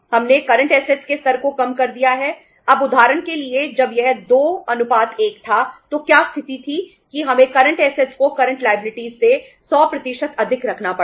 हमने current assets से 100 अधिक रखना पड़ा